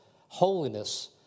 Holiness